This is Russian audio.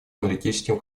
аналитическим